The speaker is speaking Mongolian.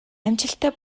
амжилттай